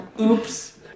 Oops